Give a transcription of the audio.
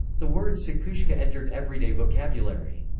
the word psikhushka entered everyday vocabulary.